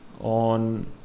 on